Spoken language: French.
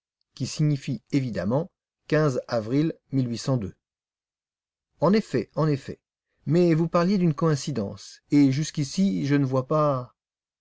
qui signifient évidemment avril en effet en effet mais vous parliez d'une coïncidence et jusqu'ici je ne vois pas